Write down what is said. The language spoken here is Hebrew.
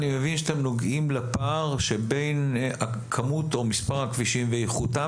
אני מבין שאתם נוגעים לפער שבין הכמות או מספר הכבישים ואיכותם,